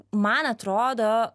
man atrodo